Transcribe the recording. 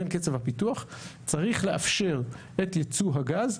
קצב הפיתוח צריך לאפשר את ייצוא הגז,